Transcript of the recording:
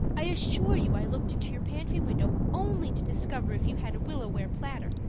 i assure you i looked into your pantry window only to discover if you had a willow-ware platter.